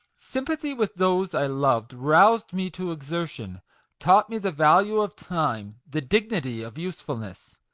sympathy with those i loved roused me to exertion taught me the value of time the dignity of usefulness!